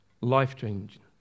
Life-changing